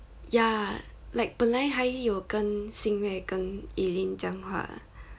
ya like 本来还有跟 xin yue 跟 eileen 讲话